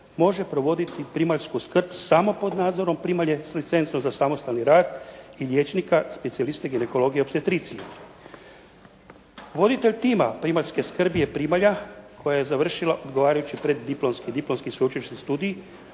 može provoditi primaljsku skrb samo pod nadzorom primalje s licencom za samostalni rad i liječnika specijaliste ginekologije i opstreticije. Voditelj tima primaljske skrbi je primalja koja je završila odgovarajući preddiplomski i diplomski sveučilišni studij